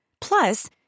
Plus